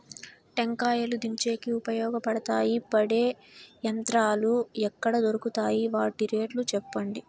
టెంకాయలు దించేకి ఉపయోగపడతాయి పడే యంత్రాలు ఎక్కడ దొరుకుతాయి? వాటి రేట్లు చెప్పండి?